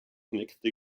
nächste